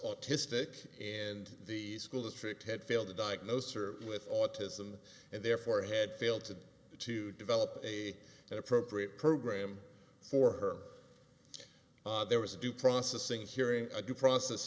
autistic and the school district had failed to diagnose or with autism and therefore had failed to do to develop a an appropriate program for her there was a due processing hearing due process